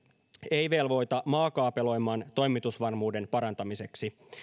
ei velvoita maakaapeloimaan toimitusvarmuuden parantamiseksi